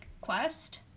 quest